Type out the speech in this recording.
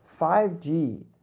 5G